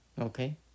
Okay